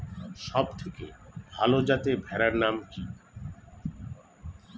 সবথেকে ভালো যাতে ভেড়ার নাম কি?